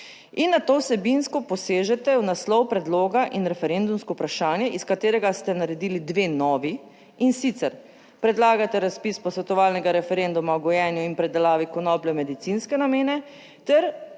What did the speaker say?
In na to vsebinsko posežete v naslov predloga in referendumsko vprašanje, iz katerega ste naredili dve novi in sicer predlagate razpis posvetovalnega referenduma o gojenju in predelavi konoplje v medicinske namene ter